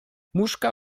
muszka